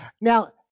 Now